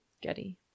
Getty